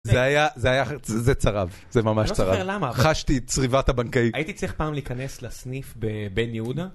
זה היה, זה היה, זה צרב, זה ממש צרב. לא זוכר למה. חשתי צריבת הבנקאית. הייתי צריך פעם להיכנס לסניף בבין יהודה?